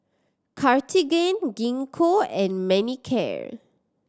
Cartigain Gingko and Manicare